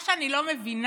מה שאני לא מבינה